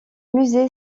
musée